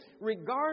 regardless